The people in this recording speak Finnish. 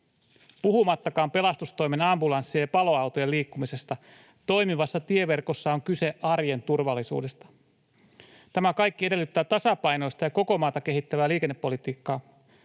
puhumattakaan pelastustoimen ambulanssien ja paloautojen liikkumisesta. Toimivassa tieverkossa on kyse arjen turvallisuudesta. Tämä kaikki edellyttää tasapainoista ja koko maata kehittävää liikennepolitiikkaa.